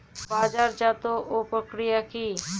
বাজারজাতও প্রক্রিয়া কি?